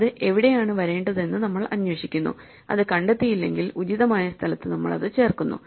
അത് എവിടെയാണ് വരേണ്ടതെന്ന് നമ്മൾ അന്വേഷിക്കുന്നു അത് കണ്ടെത്തിയില്ലെങ്കിൽ ഉചിതമായ സ്ഥലത്ത് നമ്മൾ അത് ചേർക്കുന്നു